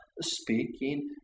speaking